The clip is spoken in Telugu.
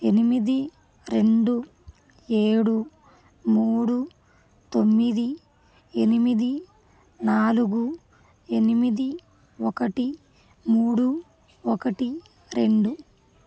ఎనిమిది రెండు ఏడు మూడు తొమ్మిది ఎనిమిది నాలుగు ఎనిమిది ఒకటి మూడు ఒకటి రెండు